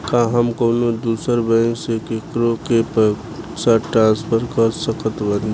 का हम कउनों दूसर बैंक से केकरों के पइसा ट्रांसफर कर सकत बानी?